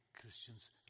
Christian's